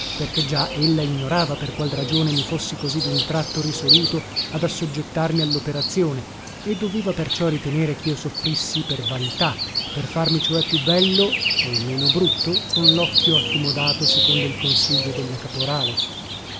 perché già ella ignorava per qual ragione mi fossi così dun tratto risoluto ad assoggettarsi all operazione e doveva perciò ritenere chio soffrissi per vanità per farmi cioè più bello o meno brutto con locchio accomodato secondo il consiglio della caporale